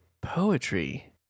poetry